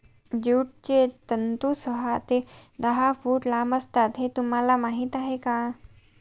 ज्यूटचे तंतू सहा ते दहा फूट लांब असतात हे तुम्हाला माहीत आहे का